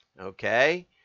Okay